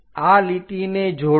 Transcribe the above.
આ લીટીને જોડો